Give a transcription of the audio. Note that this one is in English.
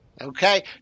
Okay